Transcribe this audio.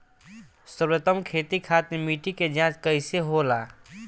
सर्वोत्तम खेती खातिर मिट्टी के जाँच कईसे होला?